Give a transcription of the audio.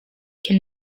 can